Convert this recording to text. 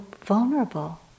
vulnerable